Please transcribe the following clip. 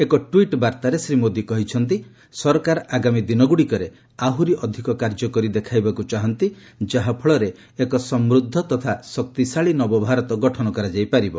ଏକ ଟ୍ୱିଟ୍ ବାର୍ତ୍ତାରେ ଶ୍ରୀ ମୋଦୀ କହିଛନ୍ତି ସରକାର ଆଗାମୀ ଦିନଗୁଡ଼ିକରେ ଆହୁରି ଅଧିକ କାର୍ଯ୍ୟକରି ଦେଖାଇବାକୁ ଚାହାନ୍ତି ଯାହାଫଳରେ ଏକ ସମୃଦ୍ଧ ତଥା ଶକ୍ତିଶାଳୀ ନବଭାରତ ଗଠନ କରାଯାଇ ପାରିବ